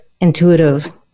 intuitive